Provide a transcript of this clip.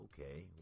Okay